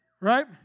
Right